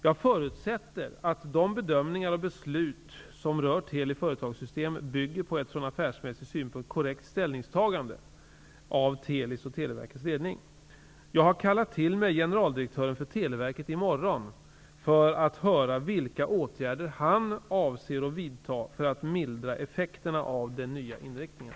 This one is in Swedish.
Jag förutsätter att de bedömningar och beslut som rör Teli Företagssystem bygger på ett från affärsmässig synpunkt korrekt ställningstagande av Teli:s och Televerkets ledning. Jag har kallat till mig generaldirektören för Televerket i morgon för att höra vilka åtgärder han avser att vidta för att mildra effekterna av den nya inriktningen.